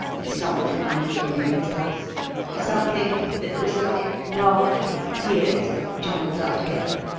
with something uneven in his voice something that was like laughter and tears all jumbled up together